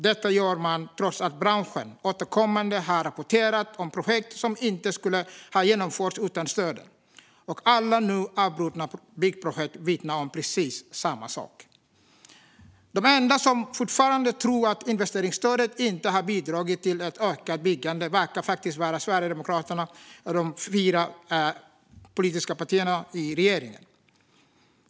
Detta gör man trots att branschen återkommande har rapporterat om projekt som inte skulle ha genomförts utan stöden. Alla nu avbrutna byggprojekt vittnar också om precis samma sak. De enda som fortfarande tror att investeringsstödet inte har bidragit till ett ökat byggande verkar faktiskt vara Sverigedemokraterna och partierna i regeringen.